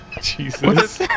Jesus